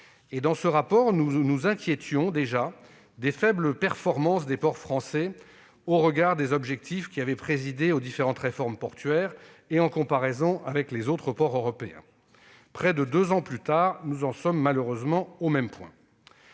Dans ce rapport, nous nous inquiétions déjà des faibles performances des ports français, au regard des objectifs qui avaient présidé aux différentes réformes portuaires et en comparaison avec les autres ports européens. Près de deux ans plus tard, nous en sommes malheureusement au même point.